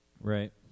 Right